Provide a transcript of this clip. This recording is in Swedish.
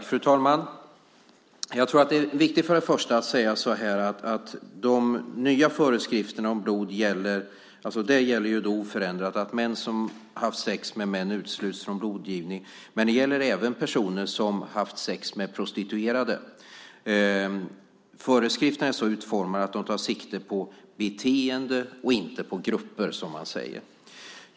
Fru talman! Först och främst är det viktigt att säga att i de nya föreskrifterna om blod gäller oförändrat att män som har haft sex med män utesluts från blodgivning. Men det gäller även personer som har haft sex med prostituerade. Föreskrifterna är så utformade att de tar sikte på beteende och inte på grupper.